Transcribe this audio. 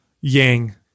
yang